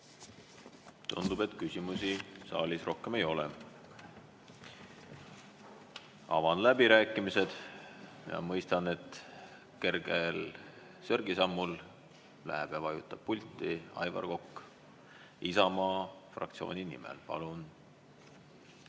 Tundub, et küsimusi saalis rohkem ei ole. Avan läbirääkimised. Mõistan, et kergel sörgisammul läheb ja vajutab [nuppu] Aivar Kokk. Isamaa fraktsiooni nimel. Palun!